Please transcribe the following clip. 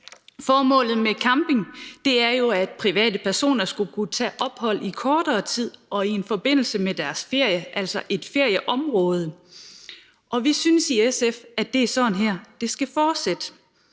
Formålet med camping er, at privatpersoner skal kunne tage ophold i kortere tid og i forbindelse med deres ferie, altså i et ferieområde, og vi synes i SF, at det er sådan, det skal fortsætte.